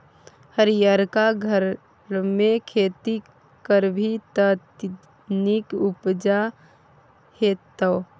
हरियरका घरमे खेती करभी त नीक उपजा हेतौ